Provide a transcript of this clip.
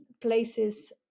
places